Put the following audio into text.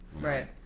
Right